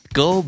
go